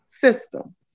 system